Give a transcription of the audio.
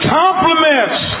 compliments